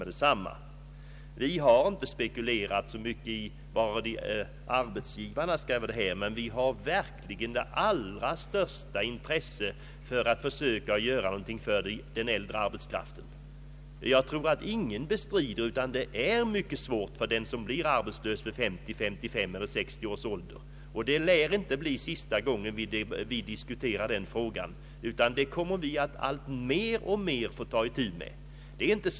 Vi har inte alls spekulerat i vad arbetsgivarna skulle vinna, utan vi har verkligen det allra största intresse för att försöka göra någonting för den äldre arbetskraften. Jag tror att ingen bestrider att det är mycket svårt för den som blir arbetslös vid 50, 55 eller 60 års ålder. Detta lär inte vara sista gången som vi diskuterar frågan om den äldre arbetskraftens situation, utan vi kommer att få ta itu med den alltmer.